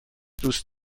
دوست